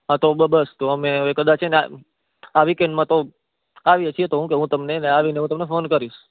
હા તો બસ અમે હેને કદાચ હવે હેને આ વિકેન્ડમાં તો આવી છીએ તો હું તમને આવીને ફોન કરીશ